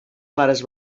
clares